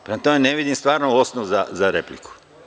Prema tome, ne vidim stvarno osnov za repliku.